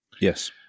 Yes